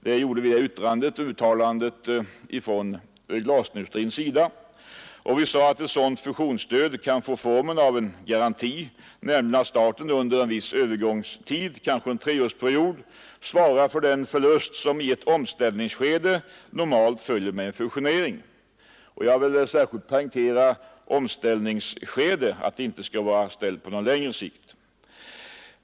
Vi gjorde detta uttalande från glasindustrins sida, och vi menade att ett sådant fusionsstöd kan få formen av en garanti, nämligen att staten under en viss övergångstid — kanske en treårsperiod — svarar för den förlust som i ett omställningsskede normalt följer med en fusionering. Jag vill särskilt poängtera att det gäller ett omställningsskede och inte på längre sikt.